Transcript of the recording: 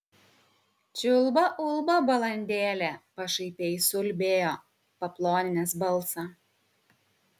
čiulba ulba balandėlė pašaipiai suulbėjo paploninęs balsą